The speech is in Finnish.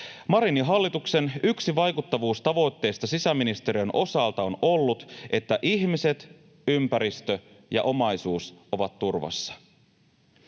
Marinin hallituksen yksi vaikuttavuustavoitteista sisäministeriön osalta on ollut, että ihmiset, ympäristö ja omaisuus ovat turvassa.